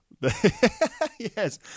Yes